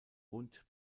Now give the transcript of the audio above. und